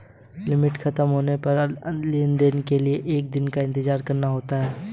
limit खत्म होने पर लेन देन के लिए एक दिन का इंतजार करना होता है